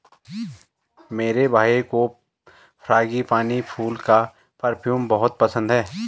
मेरे भाई को फ्रांगीपानी फूल का परफ्यूम बहुत पसंद है